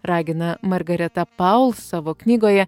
ragina margareta paul savo knygoje